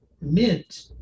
mint